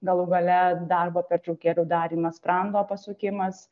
galų gale darbo pertraukėlių darymas sprando pasukimas